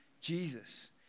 Jesus